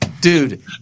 Dude